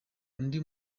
undi